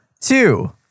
Two